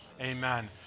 Amen